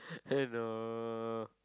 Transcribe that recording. hello